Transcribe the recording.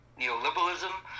Neoliberalism